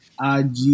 IG